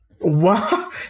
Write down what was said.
Wow